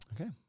Okay